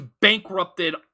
bankrupted